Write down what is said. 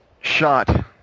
shot